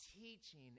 Teaching